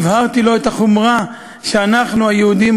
הבהרתי לו את החומרה שאנחנו היהודים